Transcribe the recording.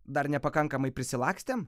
dar nepakankamai prisilakstėm